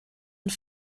und